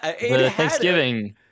thanksgiving